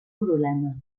problema